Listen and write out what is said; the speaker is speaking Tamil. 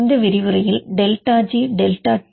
இந்த விரிவுரையில் டெல்டா ஜி டெல்டா டி